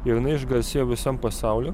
ir jinai išgarsėjo visam pasauly